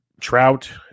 Trout